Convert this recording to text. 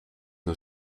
een